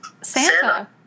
Santa